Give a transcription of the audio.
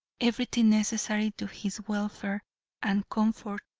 everything necessary to his welfare and comfort,